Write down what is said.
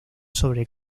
sobre